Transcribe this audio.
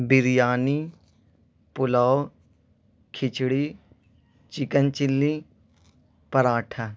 biryani pulao khichdi chicken chilli paratha